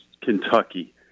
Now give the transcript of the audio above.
Kentucky